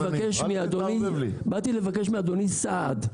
באתי לבקש מאדוני סעד.